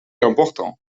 importants